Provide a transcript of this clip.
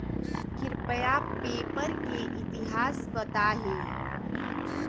कृपया पेपर के इतिहास बताहीं